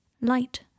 Light